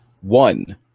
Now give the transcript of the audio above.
One